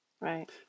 Right